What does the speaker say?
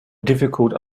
difficult